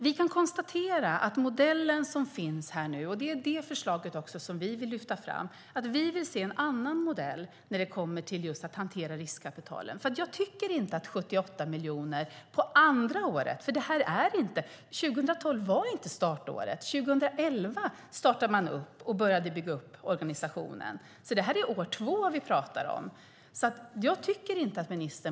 Beträffande den modell som nu finns här kan jag konstatera att vi vill se en annan modell när det gäller att hantera riskkapital. Det är det förslag som vi vill lyfta fram. Jag tycker inte att ministern borde vara så nöjd med detta och med 78 miljoner under det andra året. År 2012 var nämligen inte startåret, utan det var 2011 som man började bygga upp organisationen. Det är alltså år två som vi nu talar om.